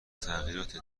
تغییراتی